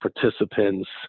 participants